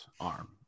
arm